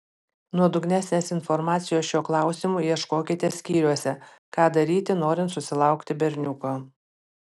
nuodugnesnės informacijos šiuo klausimu ieškokite skyriuose ką daryti norint susilaukti berniuko